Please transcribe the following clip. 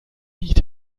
lied